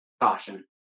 caution